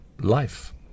life